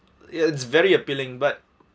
it's very appealing but